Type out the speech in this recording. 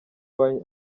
wine